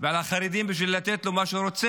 ועל החרדים, בשביל שייתנו לו את מה שהוא רוצה,